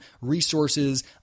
resources